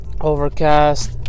Overcast